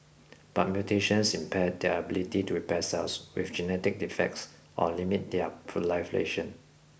but mutations impair their ability to repair cells with genetic defects or limit their proliferation